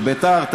את בית"ר,